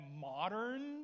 modern